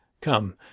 Come